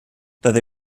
they